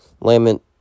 lament